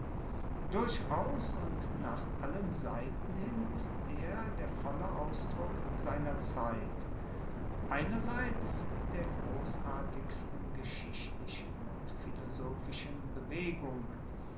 durchaus und nach allen seiten hin ist er der volle ausdruck einer zeit einerseits der grossartigsten geschichtlichen und philosophischen bewegung